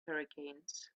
hurricanes